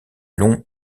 long